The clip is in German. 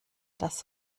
das